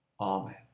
Amen